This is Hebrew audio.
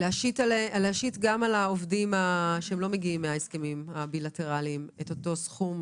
להשית גם על העובדים שלא מגיעים מההסכמים הבילטרליים את אותו סכום,